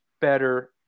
better